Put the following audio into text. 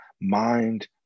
mind